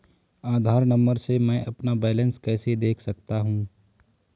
आधार number से मैं अपना बैलेंस कैसे देख सकता हूँ?